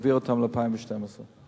נשתדל להעביר אותן מ-2013 ל-2012.